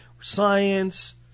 science